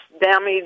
damage